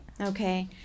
Okay